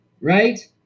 right